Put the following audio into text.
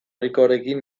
ricorekin